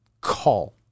call